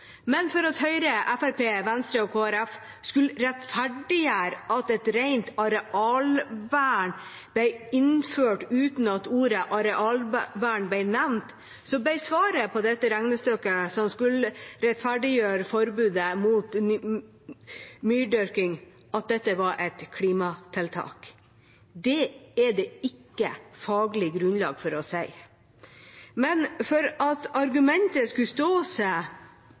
Men for at Høyre, Fremskrittspartiet, Venstre og Kristelig Folkeparti skulle rettferdiggjøre at et rent arealvern ble innført uten at ordet «arealvern» ble nevnt, ble svaret på regnestykket som skulle rettferdiggjøre forbudet mot myrdyrking, at dette var et klimatiltak. Det er det ikke faglig grunnlag for å si. Men for at argumentet skulle stå seg